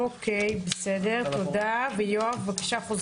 תודה, יאיר.